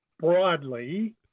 broadly